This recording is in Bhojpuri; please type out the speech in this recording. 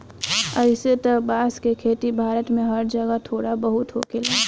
अइसे त बांस के खेती भारत में हर जगह थोड़ा बहुत होखेला